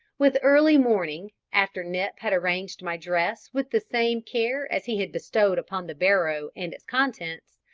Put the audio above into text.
with early morning, after nip had arranged my dress with the same care as he had bestowed upon the barrow and its contents,